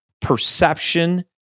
perception